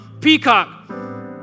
peacock